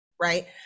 right